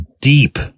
deep